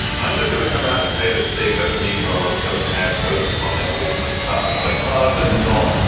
i'm just going to come out and say that today's seventeen year olds don't have posters on their walls of cars like cars and not,